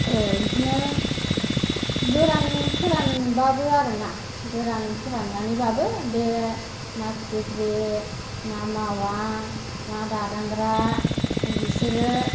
ओ बिदिनो गोरान फोरानब्लाबो आरोना गोरान फोराननानैब्लाबो बे ना फिथिख्रि ना मावा ना दादांग्रा बिसोरो